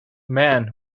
man